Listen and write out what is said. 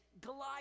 Goliath